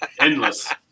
endless